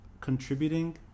contributing